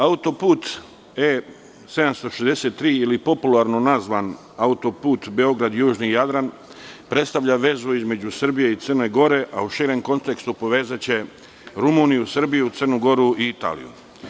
Autoput E 763 ili, popularno nazvan, autoput Beograd-Južni Jadran, predstavlja vezu između Srbije i Crne Gore, a u širem kontekstu povezaće Rumuniju, Srbiju, Crnu Goru i Italiju.